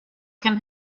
can